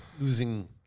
losing